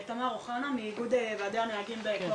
תמר אוחנה מאיגוד ועדי הנהגים בכוח לעובדים.